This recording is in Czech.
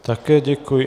Také děkuji.